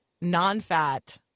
non-fat